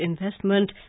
investment